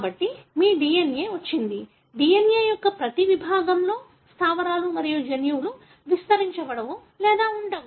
కాబట్టి మీ DNA వచ్చింది DNA యొక్క ప్రతి విభాగంలో స్థావరాలు మరియు జన్యువులు విస్తరించబడవు లేదా ఉండవు